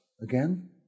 again